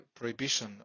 prohibition